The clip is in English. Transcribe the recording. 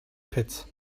pits